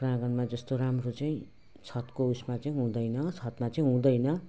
प्राङ्गणमा जस्तो राम्रो चाहिँ छतको उसमा चाहिँ हुँदैन छतमा चाहिँ हुँदैन